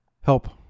help